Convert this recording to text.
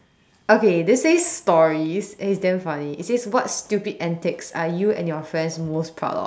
okay this says stories and it's damn funny it says what most stupid antics are you and your friends most proud of